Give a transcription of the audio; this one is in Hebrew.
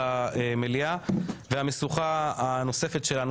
המשוכה הנוספת שלנו